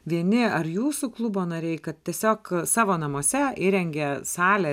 vieni ar jūsų klubo nariai kad tiesiog savo namuose įrengė salę